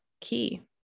key